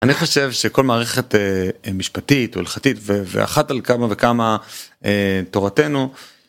אני חושב שכל מערכת אה.. משפטית, או הלכתית ו.. ואחת על כמה וכמה אה.. תורתנו